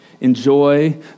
Enjoy